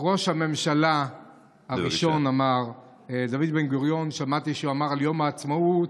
שמעתי שראש הממשלה הראשון דוד בן-גוריון אמר על יום העצמאות